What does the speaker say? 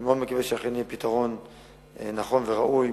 אני מאוד מקווה שאכן יהיה פתרון נכון וראוי,